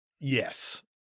Yes